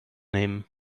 nehmen